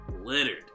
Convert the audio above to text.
littered